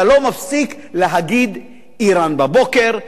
אתה לא מפסיק להגיד "אירן" בבוקר,